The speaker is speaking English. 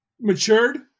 matured